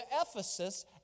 Ephesus